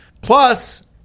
Plus